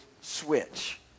switch